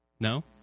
No